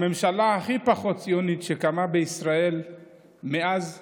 הממשלה הכי פחות ציונית שקמה בישראל מאז ומעולם.